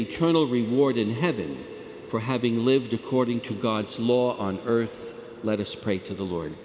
eternal reward in heaven for having lived according to god's law on earth let us pray to the lord